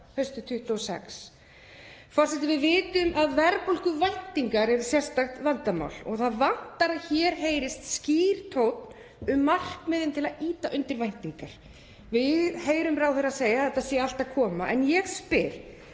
haustið 2026. Forseti. Við vitum að verðbólguvæntingar eru sérstakt vandamál og það vantar að hér heyrist skýr tónn um markmiðin til að ýta undir væntingar. Við heyrum ráðherra segja að þetta sé allt að koma en ég spyr: